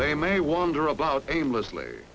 they may wander about aimlessly